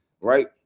Right